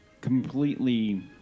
completely